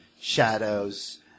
shadows